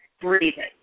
breathing